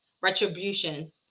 Retribution